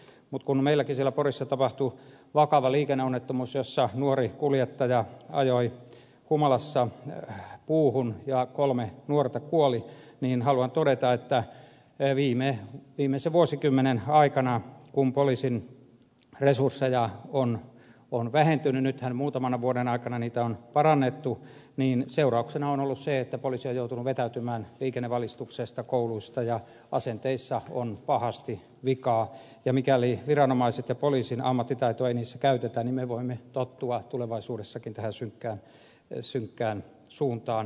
mutta kun meilläkin siellä porissa tapahtui vakava liikenneonnettomuus jossa nuori kuljettaja ajoi humalassa puuhun ja kolme nuorta kuoli niin haluan todeta että viimeisen vuosikymmenen aikana kun poliisin resurssit ovat vähentyneet nythän muutaman vuoden aikana niitä on parannettu seurauksena on ollut se että poliisi on joutunut vetäytymään liikennevalistuksesta kouluissa ja asenteissa on pahasti vikaa ja mikäli viranomaisten ja poliisin ammattitaitoa ei niissä käytetä niin me voimme tottua tulevaisuudessakin tähän synkkään suuntaan